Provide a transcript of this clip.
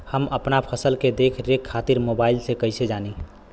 हम अपना फसल के देख रेख खातिर मोबाइल से कइसे जानी?